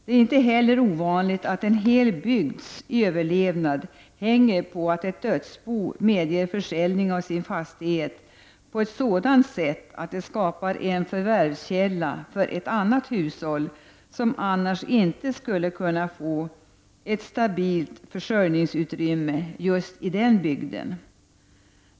Det är inte heller ovanligt att en hel bygds överlevnad hänger på att ett dödsbo medger försäljning av sin fastighet på ett sådant sätt att det skapar en förvärvskälla för ett annat hushåll som annars inte skulle kunna få ett stabilt försörjningsutrymme just i den bygden.